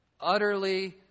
utterly